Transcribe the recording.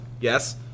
Yes